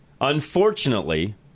Unfortunately